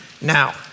Now